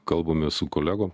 kalbame su kolegom